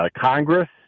Congress